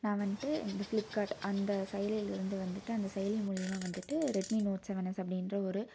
நான் வந்துட்டு இந்த ஃப்ளிப்கார்ட் அந்த செயலில் இருந்து வந்துட்டு அந்த செயலி மூலிமா வந்துட்டு ரெட்மி நோட் செவன் எஸ் அப்படின்ற ஒரு